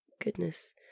goodness